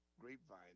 grapevine